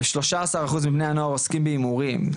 13 אחוז מבני הנוער עוסקים בהימורים,